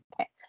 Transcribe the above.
okay